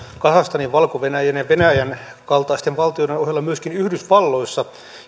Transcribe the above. kazakstanin valko venäjän ja venäjän kaltaisten valtioiden ohella myöskin yhdysvalloissa